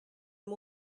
amb